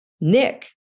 Nick